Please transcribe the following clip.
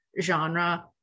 genre